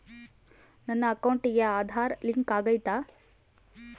ನನ್ನ ಅಕೌಂಟಿಗೆ ಆಧಾರ್ ಲಿಂಕ್ ಆಗೈತಾ?